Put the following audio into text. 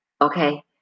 okay